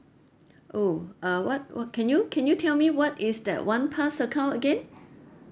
oh err what what can you can you tell me what is that one pass account again